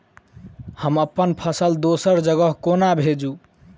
हम अप्पन फसल दोसर जगह कोना भेजू?